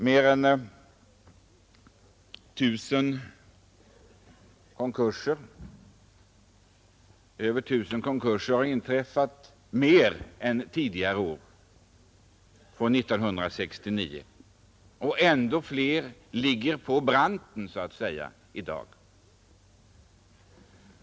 Mer än 1 000 fler konkurser har inträffat jämfört med tidigare år, och ännu fler företag ligger så att säga på branten i dag.